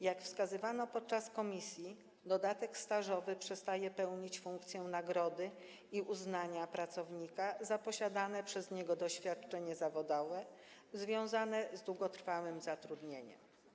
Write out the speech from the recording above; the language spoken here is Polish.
Jak wskazywano podczas prac komisji, dodatek stażowy przestaje pełnić funkcję nagrody i uznania dla pracownika za posiadane przez niego doświadczenie zawodowe związane z długotrwałym zatrudnieniem.